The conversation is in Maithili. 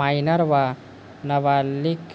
माइनर वा नबालिग